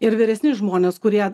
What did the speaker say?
ir vyresni žmonės kurie